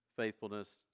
Faithfulness